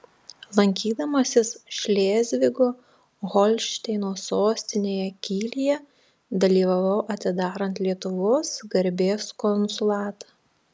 lankydamasis šlėzvigo holšteino sostinėje kylyje dalyvavau atidarant lietuvos garbės konsulatą